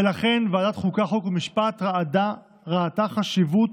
ולכן ועדת החוקה, חוק ומשפט ראתה חשיבות